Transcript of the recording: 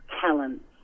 talents